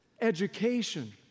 education